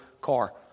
car